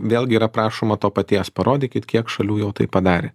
vėlgi yra prašoma to paties parodykit kiek šalių jau tai padarė